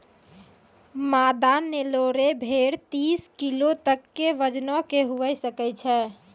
मादा नेल्लोरे भेड़ तीस किलो तक के वजनो के हुए सकै छै